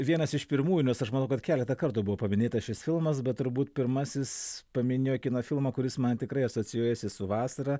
vienas iš pirmųjų nes aš manau kad keletą kartų buvo paminėtas šis filmas bet turbūt pirmasis paminėjo kino filmą kuris man tikrai asocijuojasi su vasara